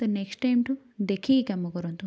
ତ ନେକ୍ସଟ୍ ଟାଇମ୍ଠୁ ଦେଖିକି କାମ କରନ୍ତୁ